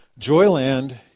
Joyland